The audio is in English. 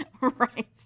Right